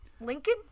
Lincoln